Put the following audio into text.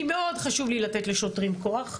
כי מאוד חשוב לי לתת לשוטרים כוח,